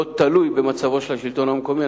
לא תלוי במצבו של השלטון המקומי,